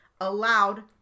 allowed